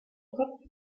kopf